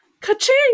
ka-ching